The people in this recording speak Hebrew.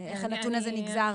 הנתון הזה נקבע.